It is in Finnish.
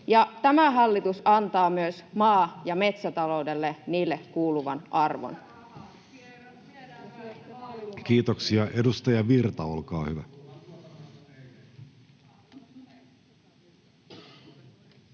tämä hallitus antaa myös maa- ja metsätaloudelle niille kuuluvan arvon. [Anne Kalmari: Missä rahat?]